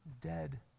dead